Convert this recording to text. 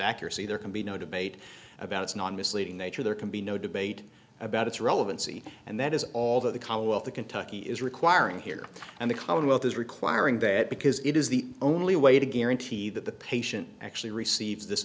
accuracy there can be no debate about it's not misleading nature there can be no debate about its relevancy and that is all that the commonwealth of kentucky is requiring here and the commonwealth is requiring that because it is the only way to guarantee that the patient actually receives this